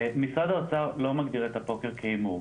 משרד האוצר לא מגדיר את הפוקר כהימור.